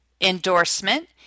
endorsement